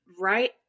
right